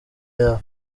yabo